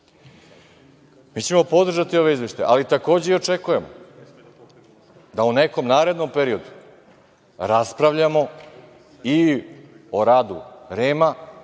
ćemo podržati ove izveštaje, ali takođe očekujemo da u nekom narednom periodu raspravljamo i o radu REM-a,